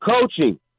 coaching